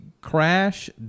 crash